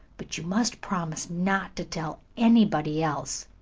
but you must promise not to tell anybody else.